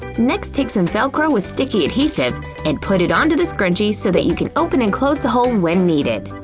next, take some velcro with sticky adhesive and put it onto the scrunchy so that you can open and close the hole when needed.